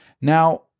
Now